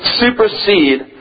supersede